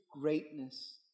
greatness